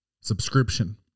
subscription